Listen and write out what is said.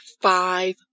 five